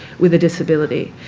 with a disability.